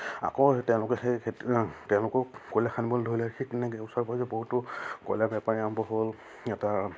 আকৌ তেওঁলোকে সেই তেওঁলোকক কয়লা খান্দিবলৈ ধৰিলে সেই তেনেকৈয়ে ওচৰে পাঁজৰে বহুতো কয়লাৰ বেপাৰী আৰম্ভ হ'ল এটা